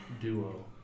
duo